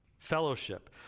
Fellowship